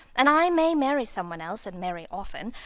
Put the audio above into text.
and i may marry some one else, and marry often,